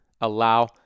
allow